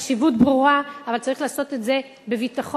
החשיבות ברורה אבל צריך לעשות את זה בביטחון,